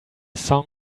song